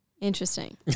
Interesting